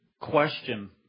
question